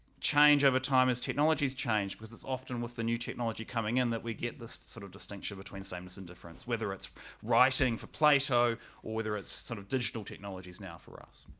change over time as technologies change. because it's often with the new technology coming in that we get this sort of distinction between sameness and difference, whether it's writing for plato or whether it's sort of digital technologies now for us.